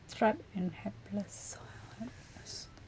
trapped and helpless helpless